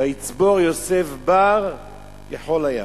"ויצבור יוסף בר כחול הים",